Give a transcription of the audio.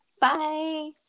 Bye